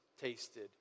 tasted